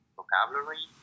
vocabulary